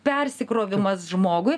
persikrovimas žmogui